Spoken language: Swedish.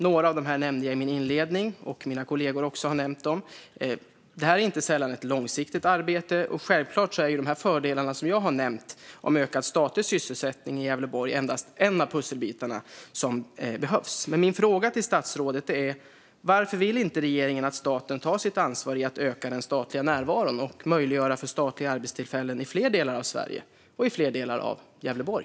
Några av dem nämnde jag i min inledning. Mina kollegor har också nämnt dem. Det är inte sällan ett långsiktigt arbete. Självklart är fördelarna jag har nämnt när det gäller ökad statlig sysselsättning i Gävleborg endast en av pusselbitarna som behövs. Min fråga till statsrådet är: Varför vill inte regeringen att staten tar sitt ansvar för att öka den statliga närvaron och möjliggöra för statliga arbetstillfällen i fler delar av Sverige och i fler delar av Gävleborg?